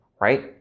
right